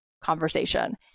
conversation